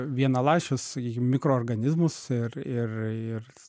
vienaląsčius sakykim mikroorganizmus ir ir ir